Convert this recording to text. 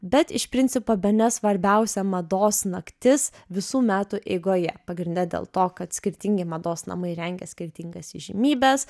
bet iš principo bene svarbiausia mados naktis visų metų eigoje pagrinde dėl to kad skirtingi mados namai rengia skirtingas įžymybes